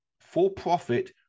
for-profit